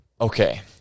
Okay